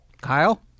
Kyle